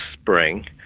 spring